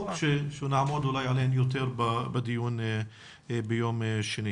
ונעמוד עליהן יותר בדיון שנקיים ביום שני.